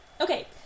Okay